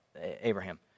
Abraham